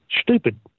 Stupid